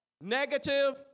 negative